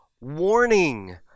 warning